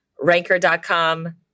ranker.com